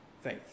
faith